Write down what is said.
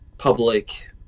public